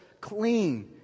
clean